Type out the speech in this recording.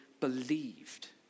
believed